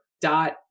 dot